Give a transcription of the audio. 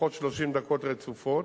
לפחות 30 דקות רצופות,